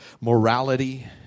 morality